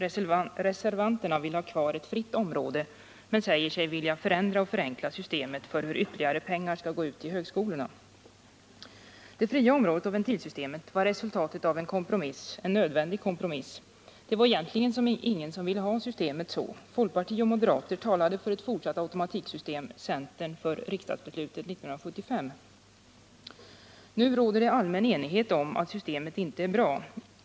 Reservanterna vill ha kvar ett fritt område, men säger sig vilja förändra och förenkla systemet för hur ytterligare pengar skall gå ut till högskolorna. Det fria området och ventilsystemet var resultatet av en kompromiss, en nödvändig kompromiss. Det var egentligen ingen som ville ha systemet så. Folkpartiet och moderaterna talade för ett fortsatt automatiksystem, centern för riksdagsbeslutet 1975. 69 Nu råder allmän enighet om att systemet inte är bra.